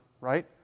right